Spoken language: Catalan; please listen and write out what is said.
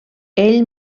ell